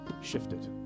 shifted